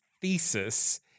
thesis